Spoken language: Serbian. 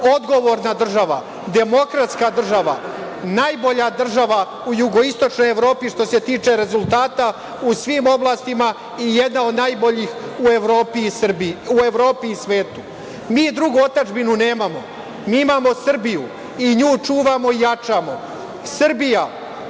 odgovorna država, demokratska država, najbolja država u Jugoistočnoj Evropi što se tiče rezultata u svim oblastima i jedna od najboljih u Evropi i svetu. Mi drugu otadžbinu nemamo. Mi imamo Srbiju. Nju čuvamo i jačamo.